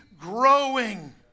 growing